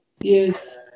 Yes